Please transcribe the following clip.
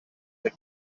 the